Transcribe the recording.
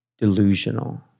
delusional